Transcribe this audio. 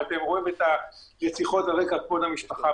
ואתם רואים את הרציחות על רקע כבוד המשפחה.